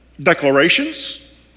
declarations